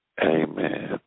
Amen